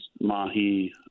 mahi